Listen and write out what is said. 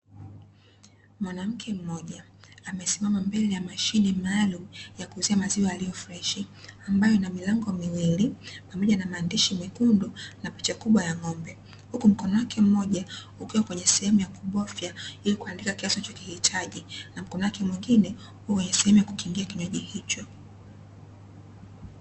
Mwanamke mmoja amesimama mbele ya mashine maalum ya kuuzia maziwa yaliyofreshi, ambayo ina milango miwili pamoja na maandishi mekundu na picha kubwa ya ng'ombe, huku mkono wake mmoja ukiwa kwenye sehemu ya kubofya ili kuandika kiasi anachokihitaji na mkono wake mwingine uko kwenye sehemu ya kukingia kinywaji hicho.